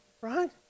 Right